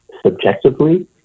Subjectively